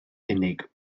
unig